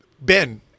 Ben